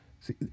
see